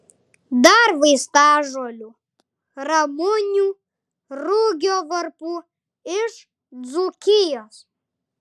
dar vaistažolių ramunių rugio varpų iš dzūkijos